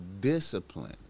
discipline